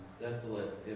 desolate